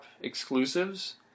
exclusives